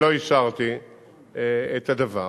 ולא אישרתי את הדבר.